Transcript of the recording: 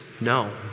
no